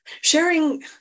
sharing